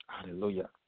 Hallelujah